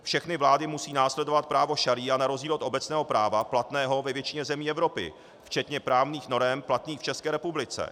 Všechny vlády musí následovat právo šaría na rozdíl od obecného práva platného ve většině zemí Evropy včetně právních norem platných v České republice.